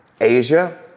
Asia